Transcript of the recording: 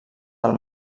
del